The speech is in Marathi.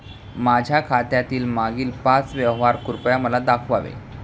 माझ्या खात्यातील मागील पाच व्यवहार कृपया मला दाखवावे